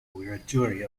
wiradjuri